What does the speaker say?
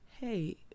hey